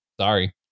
Sorry